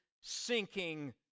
sinking